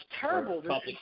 terrible